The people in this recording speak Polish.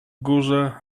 górze